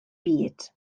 byd